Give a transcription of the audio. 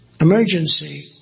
emergency